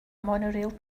monorail